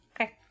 okay